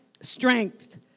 strength